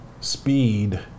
speed